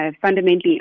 fundamentally